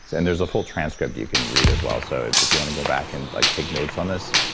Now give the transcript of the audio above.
and there's a full transcript you can read as well, so if if you want to go back and like take notes on this,